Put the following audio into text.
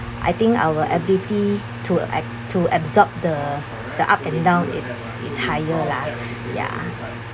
I think our ability to act to absorb the the up and down it's it's higher lah ya